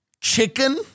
chicken